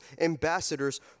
ambassadors